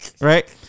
Right